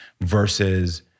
versus